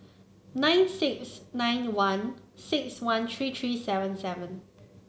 nine six nine one six one three three seven seven